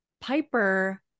Piper